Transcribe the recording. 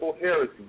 heresy